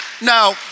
Now